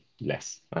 less